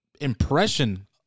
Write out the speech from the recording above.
impression